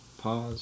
Pause